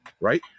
right